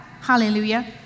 hallelujah